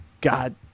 god